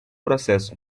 processo